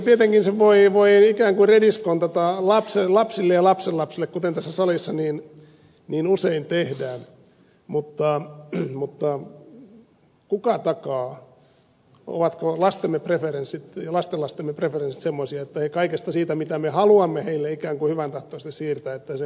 tietenkin sen voi ikään kuin rediskontata lapsille ja lapsenlapsille kuten tässä salissa niin usein tehdään mutta kuka takaa ovatko lastemme ja lastenlastemme preferenssit semmoisia että he haluavat kaikkea sitä mitä me haluamme heille ikään kuin hyväntahtoisesti siirtää